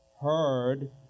Heard